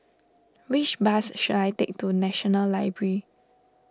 which bus should I take to National Library